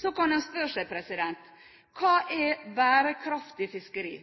Så kan en spørre seg: Hva er bærekraftig fiskeri?